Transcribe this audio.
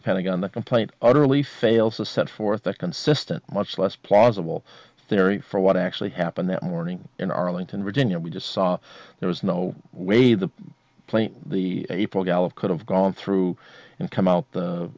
the pentagon the complaint utterly fails to set forth a consistent much less plausible theory for what actually happened that morning in arlington virginia we just saw there was no way the plane the april gallop could have gone through and come out the